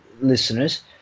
listeners